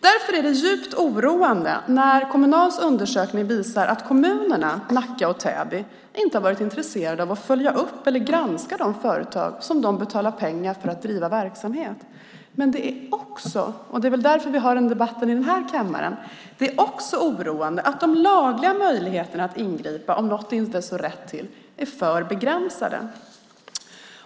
Därför är det djupt oroande när Kommunals undersökning visar att kommunerna, Nacka och Täby, inte har varit intresserade av att följa upp eller granska de företag som de betalar pengar för att driva verksamhet. Men det är också - och det är väl därför vi har en debatt i den här kammaren - oroande att de lagliga möjligheterna att ingripa om något inte står rätt till är för begränsade.